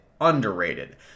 underrated